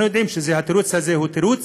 אנחנו יודעים שהתירוץ הזה הוא תירוץ,